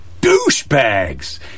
douchebags